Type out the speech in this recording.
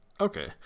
Okay